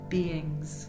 Beings